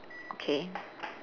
okay